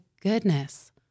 goodness